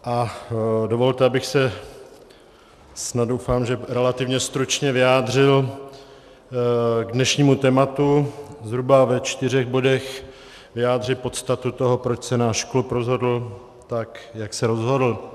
A dovolte, abych se, snad doufám, že relativně stručně, vyjádřil k dnešnímu tématu, zhruba ve čtyřech bodech vyjádřil podstatu toho, proč se náš klub rozhodl tak, jak se rozhodl.